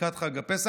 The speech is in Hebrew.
לקראת חג הפסח.